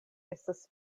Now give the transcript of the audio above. estas